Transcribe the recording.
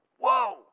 Whoa